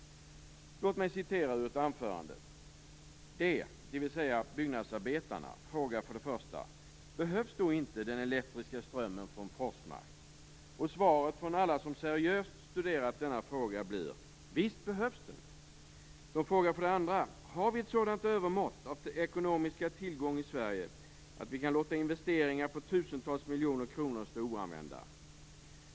De, dvs. byggnadsarbetarna, frågar för det första: Behövs då inte den elektriska strömmen från Forsmark? Och svaret från alla som seriöst studerat denna fråga blir: Visst behövs den! De frågar för det andra: Har vi ett sådant övermått av ekonomiska tillgångar i Sverige att vi kan låta investeringar på tusentals miljoner kronor stå oanvända?